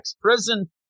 prison